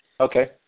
Okay